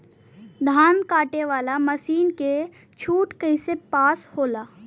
धान कांटेवाली मासिन के छूट कईसे पास होला?